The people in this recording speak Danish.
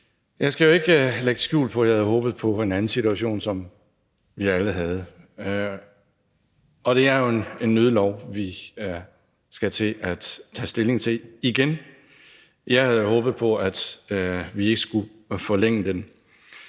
Jeg skal jo ikke lægge skjul på, at jeg havde håbet på en anden situation, sådan som vi alle havde. Det er jo en nødlov, vi skal til at tage stilling til igen. Jeg havde håbet på, at vi ikke skulle forlænge den.